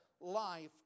life